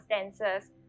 circumstances